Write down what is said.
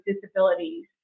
disabilities